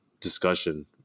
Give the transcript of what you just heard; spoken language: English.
discussion